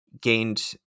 gained